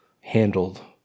handled